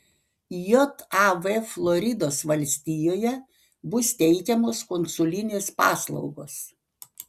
jav floridos valstijoje bus teikiamos konsulinės paslaugos